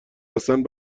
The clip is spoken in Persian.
هستند